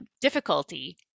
difficulty